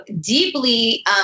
deeply